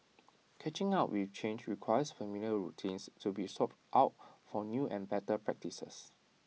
catching up with change requires familiar routines to be swapped out for new and better practices